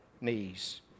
knees